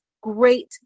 great